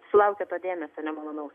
sulaukia dėmesio nemalonaus